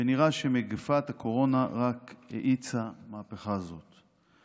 ונראה שמגפת הקורונה רק האיצה מהפכה זאת.